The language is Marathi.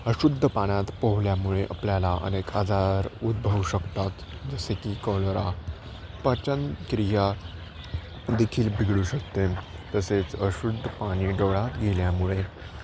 अशुद्ध पाण्यात पोहल्यामुळे आपल्याला अनेक आजार उद्भवू शकतात जसे की कॉलरा पचन क्रिया देखील बिघडू शकते तसेच अशुद्ध पाणी डोळ्यात गेल्यामुळे